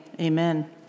amen